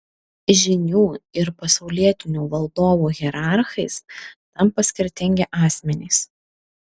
žynių ir pasaulietinių valdovų hierarchais tampa skirtingi asmenys